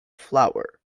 flour